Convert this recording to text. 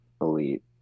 elite